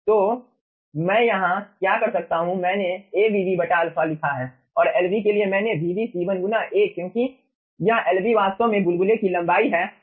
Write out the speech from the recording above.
तो मैं यहाँ क्या कर सकता हूँ मैंने A Vb α लिखा है और Lb के लिए मैंने Vb C1 गुना A क्योंकि यह Lb वास्तव में बुलबुले की लंबाई है